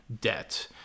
debt